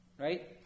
right